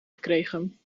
gekregen